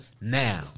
now